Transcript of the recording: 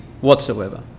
whatsoever